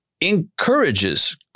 encourages